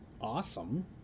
awesome